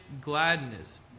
gladness